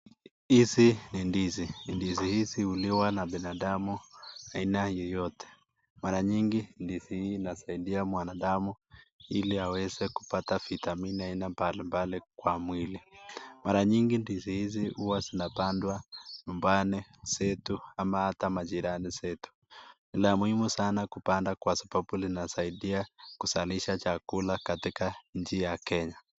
Hizi ni ndizi, ndizi hizi huliwa na binadamu aina yoyote , mara nyingi ndizii hii inasaidia mwanadamu ili aweze kupata vitamini aina mbali mbali kwa mwili. Mara nyingi ndizi hizi zinapandwa nyumbani zetu ama ata majirani zetu. La muhimu sana kupanda kwa sababu inasaidia kuzalisha chakula katika nchi ya Kenya.